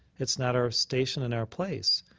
it's not our station and our place.